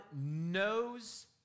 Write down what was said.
knows